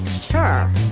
sure